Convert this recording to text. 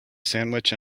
sandwich